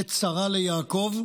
עת צרה ליעקב.